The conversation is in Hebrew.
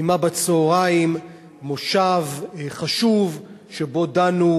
קיימה בצהריים מושב חשוב שבו דנו